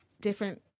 different